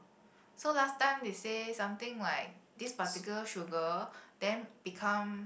so last time they say something like this particular sugar then become